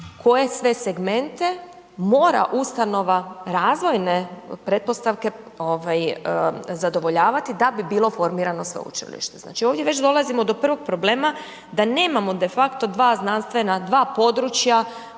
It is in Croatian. koje sve segmente mora ustanova razvojne pretpostavke, ovaj zadovoljavati da bi bilo formirano sveučilište. Znači, ovdje već dolazimo do prvog problema da nemamo de facto dva znanstvena, dva područja